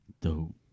Dope